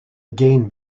again